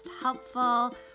helpful